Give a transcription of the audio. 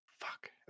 Fuck